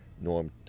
Norm